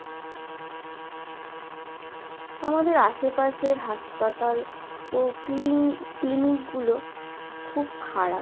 আমাদের আশেপাশের হাসপাতাল ও ক্লিন ক্লিনিকগুলো খুব খারাপ